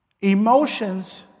emotions